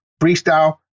freestyle